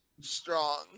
strong